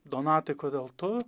donatui kodėl tu